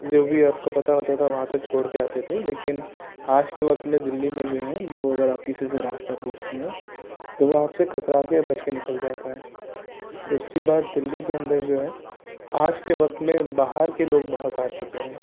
جو بھی آپ کا پتہ ہوتا تھا وہاں تک چھوڑ کے آتے تھے لیکن آج کے وقت میں دہلی میں جو ہیں وہ اگر آپ کسی سے راستہ پوچھتے ہیں تو وہ آپ سے کترا کے بچ کے نکل جاتا ہے دوسری بات دہلی کے اندر جو ہے آج کے وقت میں باہر کے لوگ بہت آ چکے ہیں